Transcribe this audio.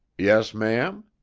yes, ma'am?